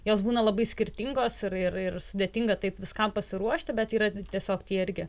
jos būna labai skirtingos ir ir ir sudėtinga taip viskam pasiruošti bet yra tiesiog tie irgi